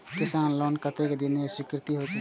किसान लोन कतेक दिन में स्वीकृत होई छै?